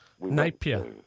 Napier